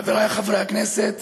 חבריי חברי הכנסת,